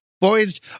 boys